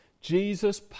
Jesus